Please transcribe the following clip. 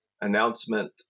announcement